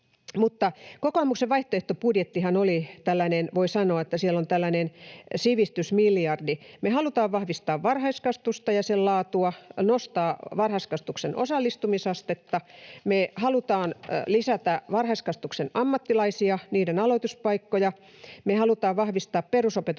Kokoomuksen vaihtoehtobudjettihan oli tällainen, voi sanoa, että siellä on tällainen sivistysmiljardi. Me halutaan vahvistaa varhaiskasvatusta ja sen laatua, nostaa varhaiskasvatuksen osallistumisastetta, me halutaan lisätä varhaiskasvatuksen ammattilaisia, niiden aloituspaikkoja, me halutaan vahvistaa perusopetuksen